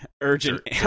urgent